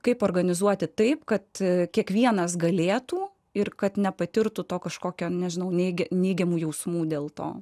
kaip organizuoti taip kad kiekvienas galėtų ir kad nepatirtų to kažkokio nežinau netgi neigiamų jausmų dėl to